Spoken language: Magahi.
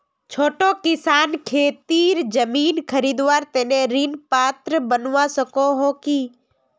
छोटो किसान खेतीर जमीन खरीदवार तने ऋण पात्र बनवा सको हो कि?